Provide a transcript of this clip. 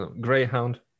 Greyhound